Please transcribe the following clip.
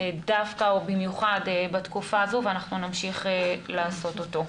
דווקא ובמיוחד בתקופה הזו ואנחנו נמשיך לעשות אותו.